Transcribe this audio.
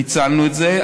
פיצלנו את זה.